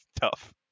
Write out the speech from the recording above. tough